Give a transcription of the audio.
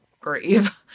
grieve